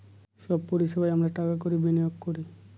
সব পরিষেবায় আমরা টাকা কড়ি বিনিয়োগ করি